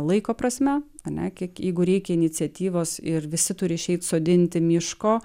laiko prasme a ne kiek jeigu reikia iniciatyvos ir visi turi išeiti sodinti miško